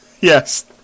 Yes